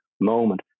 moment